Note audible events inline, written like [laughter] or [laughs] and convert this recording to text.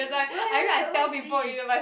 [laughs] where where where where is this